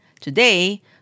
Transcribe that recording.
Today